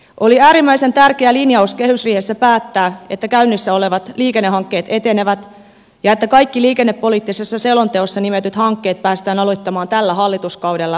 oli äärimmäisen tärkeä linjaus kehysriihessä päättää että käynnissä olevat liikennehankkeet etenevät ja että kaikki liikennepoliittisessa selonteossa nimetyt hankkeet päästään aloittamaan tällä hallituskaudella